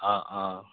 অঁ অঁ